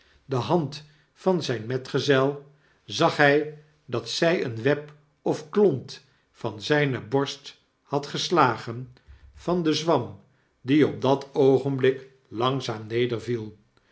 de hand van zijn metgezel zag hij dat zij een web of klont van zijne borst had geslagen van de zwam die op dat oogenblik langzaam nederviel